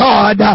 God